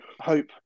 hope